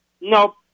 nope